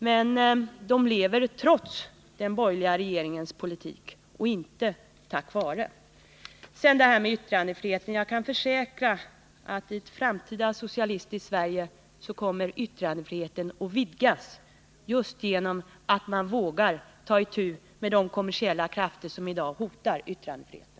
Men de lever trots den borgerliga regeringens politik och inte tack vare denna. Vad beträffar detta med yttrandefriheten kan jag försäkra att i ett framtida socialistiskt Sverige kommer yttrandefriheten att vidgas just genom att man vågar ta itu med de kommersiella krafter som i dag hotar yttrandefriheten.